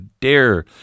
dare